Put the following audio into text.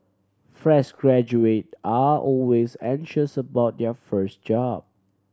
fresh graduate are always anxious about their first job